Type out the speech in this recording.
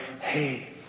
hey